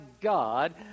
God